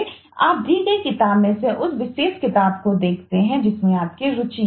तो आप दी गई किताब में से उस विशेष किताब को देखते हैं जिसमें आपकी रुचि है